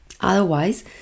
otherwise